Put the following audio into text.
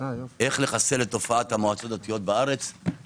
איך לחסל את תופעת המועצות המקומיות לגמרי.